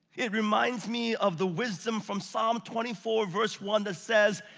it reminds me of the wisdom from psalm twenty four verse one that says,